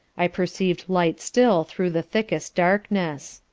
i perceived light still through the thickest darkness.